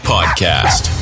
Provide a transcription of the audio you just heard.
Podcast